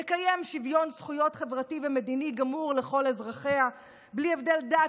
תקיים שוויון זכויות חברתי ומדיני גמור לכל אזרחיה בלי הבדל דת,